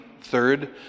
Third